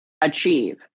achieve